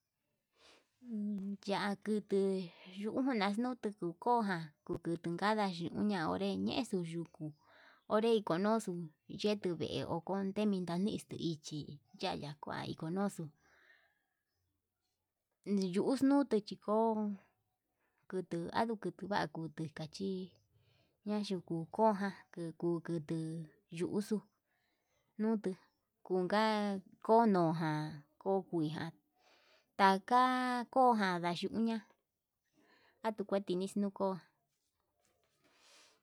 Yatuku yuxnanu yuku koján kuku kandachuñan onré ñee xuyuku, onre konuxu yuku vee uun tenrita nixtichi yayaykua ikonoxu niyuxnu tichi ko'o kutuu ando kutuu va'a kutu yachi ka yuku koján kukunru yuxuu, nuku kunka kono ján kojuia taka koján ndayuña atuu kuextini tuxko.